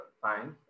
science